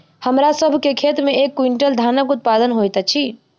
हमरा सभ के खेत में एक क्वीन्टल धानक उत्पादन होइत अछि